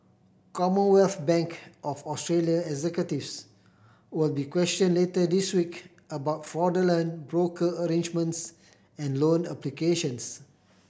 Commonwealth Bank of Australia executives will be questioned later this week about fraudulent broker arrangements and loan applications